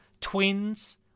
Twins